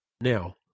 Now